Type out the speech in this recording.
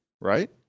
right